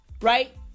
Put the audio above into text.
right